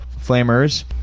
flamers